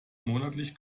monatlich